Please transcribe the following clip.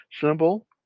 symbol